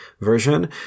version